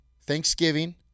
Thanksgiving